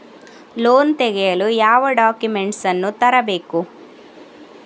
Loan ತೆಗೆಯಲು ಯಾವ documents ಅನ್ನು ತರಬೇಕು?